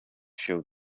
showed